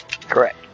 Correct